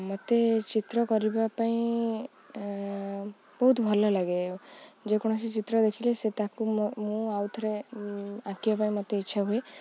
ମୋତେ ଚିତ୍ର କରିବା ପାଇଁ ବହୁତ ଭଲ ଲାଗେ ଯେକୌଣସି ଚିତ୍ର ଦେଖିଲେ ସେ ତାକୁ ମୁଁ ମୁଁ ଆଉଥରେ ଆଙ୍କିବା ପାଇଁ ମୋତେ ଇଚ୍ଛା ହୁଏ